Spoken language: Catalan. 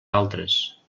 altres